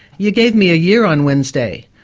you gave me a year on wednesday.